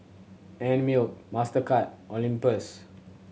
Einmilk Mastercard Olympus